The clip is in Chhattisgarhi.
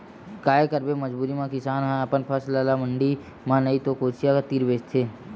काये करबे मजबूरी म किसान ह अपन फसल ल मंडी म नइ ते कोचिया तीर बेचथे